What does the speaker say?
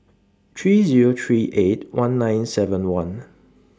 three Zero three eight one nine seven one